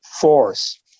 force